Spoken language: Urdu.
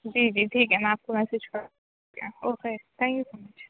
جی جی ٹھیک ہے میں آپ کو میسج کرتی ہوں okay thank you so much